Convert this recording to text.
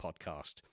Podcast